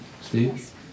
Steve